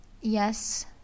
yes